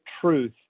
truth